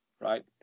Right